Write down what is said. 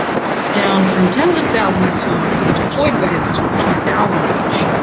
down from tens of thousands of deployed warheads to a few thousand each.